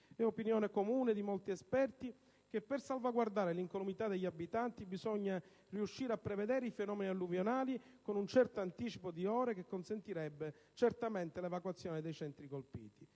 È opinione comune di molti esperti che per salvaguardare l'incolumità degli abitanti bisogna riuscire a prevedere i fenomeni alluvionali con un anticipo di ore che consentirebbe l'evacuazione dei centri colpiti.